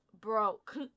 broke